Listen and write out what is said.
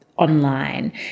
online